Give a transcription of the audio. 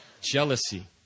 Jealousy